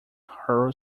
horror